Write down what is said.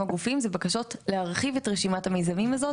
גופים זה בקשות להרחיב את רשימת המיזמים הזאת.